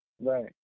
right